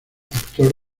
actor